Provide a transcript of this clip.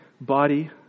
Body